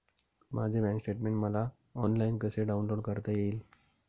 माझे bank statement मला online कसे डाउनलोड करता येईल?